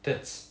that's